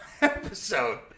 episode